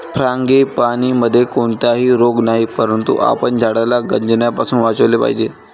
फ्रांगीपानीमध्ये कोणताही रोग नाही, परंतु आपण झाडाला गंजण्यापासून वाचवले पाहिजे